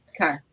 okay